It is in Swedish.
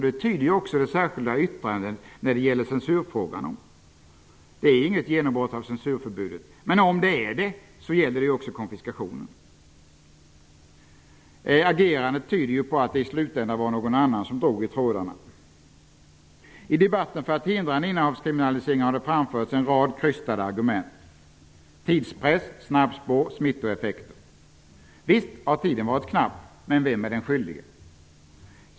Det tyder det särskilda yttrandet om censurfrågan på. Det är inte fråga om något genombrott av censurförbudet, men om så är fallet gäller det också konfiskationen. Agerandet tyder på att det i slutändan var någon annan som drog i trådarna. För att förhindra en innehavskriminalisering har det i debatten framförts en rad krystade argument, t.ex. tidspress, snabbspår och smittoeffekter. Visst har tiden varit knapp, men vem är den skyldige?